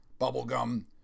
Bubblegum